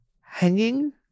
hanging